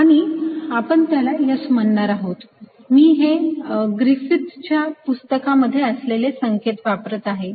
आणि आपण त्याला S म्हणणार आहोत मी हे ग्रिफिथ्सच्या पुस्तकामध्ये असलेले संकेत वापरत आहे